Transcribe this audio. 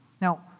Now